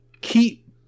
keep